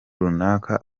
runaka